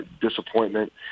disappointment